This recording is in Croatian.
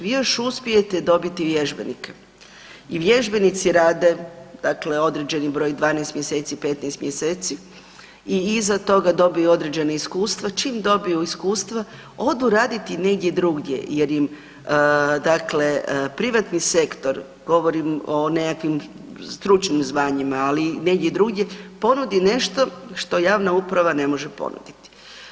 Vi još uspijete dobiti vježbenike i vježbenici rade, dakle određeni broj 12 mjeseci, 15 mjeseci i iza toga dobiju određena iskustva, čim dobiju iskustva odu raditi negdje drugdje jer im, dakle privatni sektor, govorim o nekakvim stručnim zvanjima, ali negdje drugdje ponudi nešto što javna uprava ne može ponuditi.